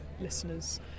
listeners